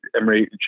Emery